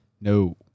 No